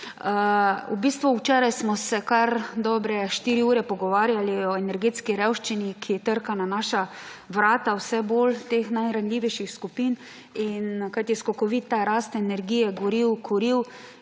V bistvu včeraj smo se kar dobre štiri ure pogovarjali o energetski revščini, ki vse boj trka na naša vrata teh najranljivejših skupin, kajti skokovita rast energije, goriv, kuriv